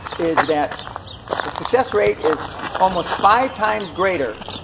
is that the success rate is almost five times greater